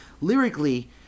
lyrically